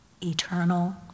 eternal